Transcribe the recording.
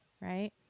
right